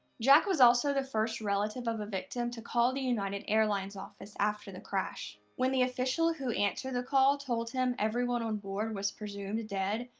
jack was also the first relative of a victim to call the united airlines office after the crash. when the official who answered the call told him everyone on board was presumed dead,